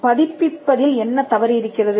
பதிப்பிப்பதில் என்ன தவறு இருக்கிறது